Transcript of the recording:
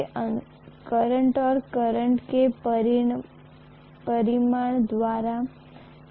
इसलिए अगर हमारे पास NI का MMF है या यदि मैं I का करंट पास करता हूं और यदि मेरे पास केवल एक मोड़ है तो मैं निश्चित रूप से MMF की कम मात्रा रखने वाला हूं